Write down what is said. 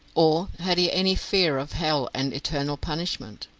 or had he any fear of hell and eternal punishment?